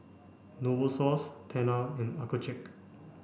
Novosource Tena and Accucheck